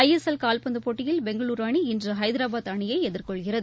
ஐ S L கால்பந்து போட்டியில் பெங்களுரு அணி இன்று ஹைதராபாத் அணியை எதிர்கொள்கிறது